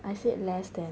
I said less than